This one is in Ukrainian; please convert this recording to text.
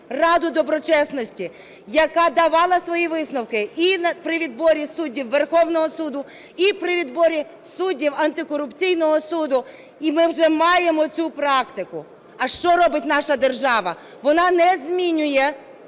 Раду доброчесності, яка давала свої висновки і при відбори суддів Верховного Суду, і при відборі суддів Антикорупційного суду, і ми вже маємо цю практику. А що робить наша держава – вона не змінює